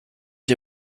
ich